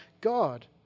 God